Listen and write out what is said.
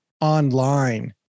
online